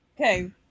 Okay